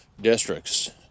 districts